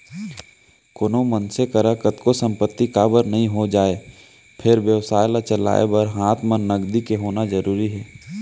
कोनो मनसे करा कतको संपत्ति काबर नइ हो जाय फेर बेवसाय ल चलाय बर हात म नगदी के होना जरुरी हे